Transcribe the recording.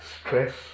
stress